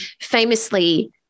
famously